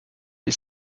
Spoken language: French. les